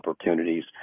opportunities